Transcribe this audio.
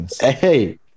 hey